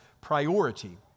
priority